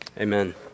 Amen